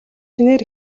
шинээр